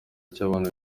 cy’abantu